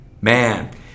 Man